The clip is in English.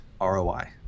ROI